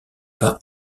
pas